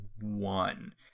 one